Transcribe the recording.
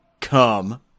come